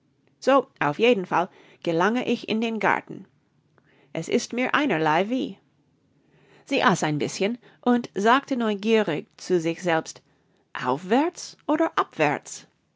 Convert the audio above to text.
so auf jeden fall gelange ich in den garten es ist mir einerlei wie sie aß ein bißchen und sagte neugierig zu sich selbst aufwärts oder abwärts